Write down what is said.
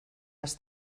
las